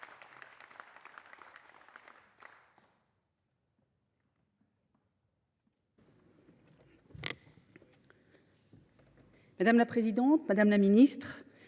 Madame la présidente, madame la ministre,